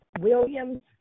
Williams